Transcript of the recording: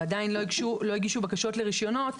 ועדיין לא הגישו בקשות לרישיונות,